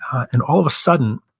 and all of a sudden,